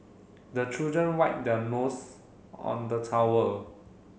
the children wipe their nose on the towel